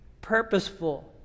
purposeful